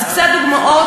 קצת דוגמאות,